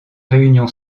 région